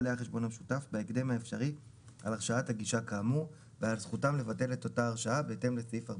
מבעלי החשבון תיחשב כהרשאת גישה שניתנה בידי כולם".